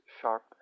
sharp